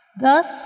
Thus